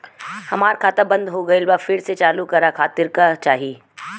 हमार खाता बंद हो गइल बा फिर से चालू करा खातिर का चाही?